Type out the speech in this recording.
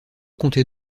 comptait